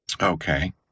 Okay